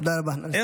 תודה רבה, נא לסיים.